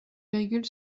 virgule